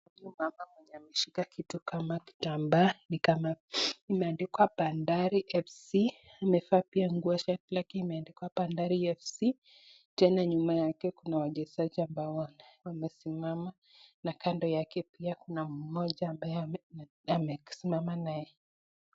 Huyu mama mwenye ameshika kitu kama kitambaa, ni kama imeandikwa Bandari FC amevaa pia nguo zake imeandikwa Bandari FC , tena nyuma yake kuna wachezaji ambao wamesimama, na kando yake pia kuna moja ambaye amesimama naye.